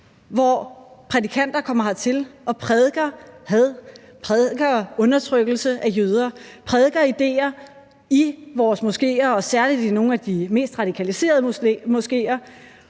hertil og prædiker had, prædiker undertrykkelse af jøder, prædiker ideer i vores moskeer og særlig i nogle af de mest radikaliserede moskeer.